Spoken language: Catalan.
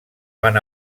van